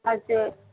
हजुर